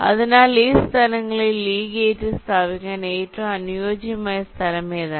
അതിനാൽ ഈ 5 സ്ഥലങ്ങളിൽ ഈ ഗേറ്റ് സ്ഥാപിക്കാൻ ഏറ്റവും അനുയോജ്യമായ സ്ഥലം ഏതാണ്